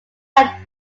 are